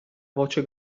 voce